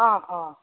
অঁ অঁ